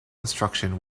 instruction